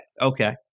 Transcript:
Okay